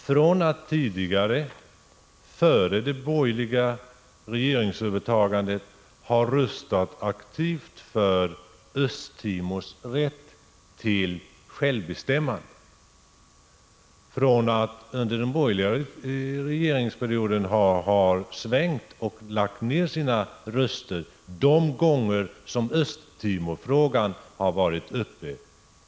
Från att tidigare — före det borgerliga regeringsövertagandet iFN ha röstat för Östtimors rätt till självbestämmande har Sverige under den borgerliga regeringsperioden svängt och lagt ned sin röst de gånger frågan har varit uppe.